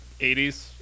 80s